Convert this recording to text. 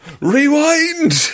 rewind